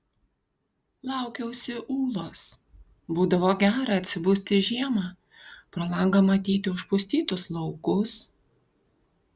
laukiausi ūlos būdavo gera atsibusti žiemą pro langą matyti užpustytus laukus